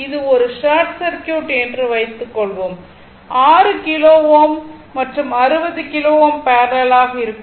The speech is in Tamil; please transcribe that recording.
இது ஒரு ஷார்ட் சர்க்யூட் என்று வைத்துக்கொள்வோம் 6 கிலோ Ω மற்றும் 60 கிலோ பேரலல் ஆக இருக்கும்